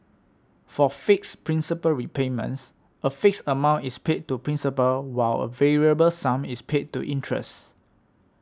for fixed principal repayments a fixed amount is paid to principal while a variable sum is paid to interest